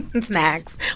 Snacks